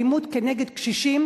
אלימות נגד קשישים.